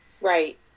Right